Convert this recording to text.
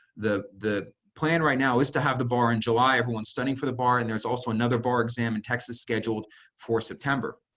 the the plan right now is to have the bar in july. everyone's studying for the bar and there's also another bar exam in texas scheduled for september.